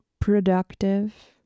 productive